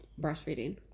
breastfeeding